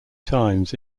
times